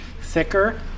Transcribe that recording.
thicker